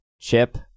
chip